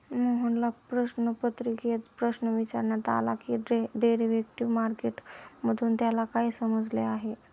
मोहनला प्रश्नपत्रिकेत प्रश्न विचारण्यात आला की डेरिव्हेटिव्ह मार्केट मधून त्याला काय समजले आहे?